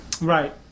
right